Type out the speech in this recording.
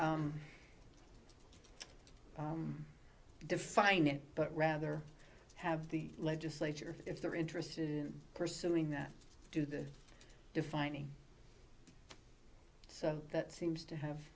define it but rather have the legislature if they're interested in pursuing that do the defining so that seems to have